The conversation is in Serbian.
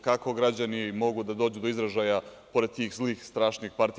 Kako građani mogu da dođu do izražaja pored tih zlih, strašnih partija?